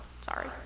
Sorry